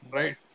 right